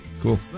cool